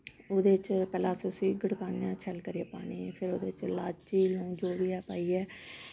ओह्दे च पैह्लें अस उस्सी गड़काने आं शैल करियै पानी गी फिर ओह्दे बिच्च लाच्ची लौंग जो बी ऐ पाइयै